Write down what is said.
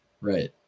right